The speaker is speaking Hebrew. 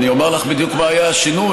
ואני אומר לך בדיוק מה היה השינוי.